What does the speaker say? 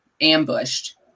ambushed